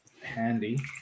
handy